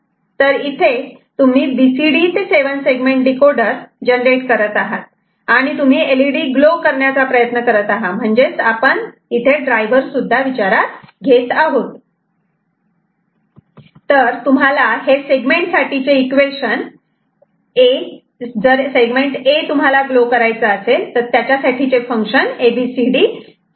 तर इथे तुम्ही बीसीडी ते 7 सेगमेंट डीकोडर जनरेट करत आहात आणि तुम्ही एलईडी ग्लो करण्याचा प्रयत्न करत आहात आणि म्हणजेच आपण ड्रायव्हर सुद्धा विचारात घेत आहोत